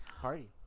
Party